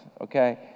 okay